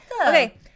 okay